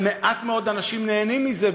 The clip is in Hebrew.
אבל מעט מאוד אנשים נהנים מזה,